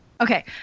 Okay